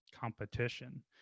competition